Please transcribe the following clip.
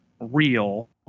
real